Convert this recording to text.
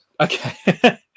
Okay